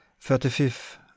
Thirty-fifth